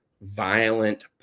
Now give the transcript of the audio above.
violent